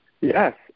Yes